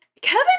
Kevin